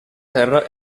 terra